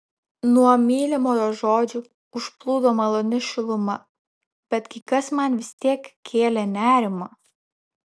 nuo mylimojo žodžių užplūdo maloni šiluma bet kai kas man vis tiek kėlė nerimą